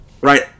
right